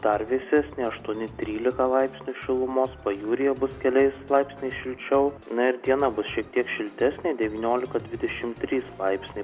dar vėsesnė aštuoni trylika laipsnių šilumos pajūryje bus keliais laipsniais šilčiau na ir diena bus šiek tiek šiltesnė devyniolika dvidešimt trys laipsniai